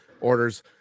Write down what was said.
orders